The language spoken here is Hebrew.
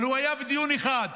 אבל הוא היה בדיון אחד,